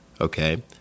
okay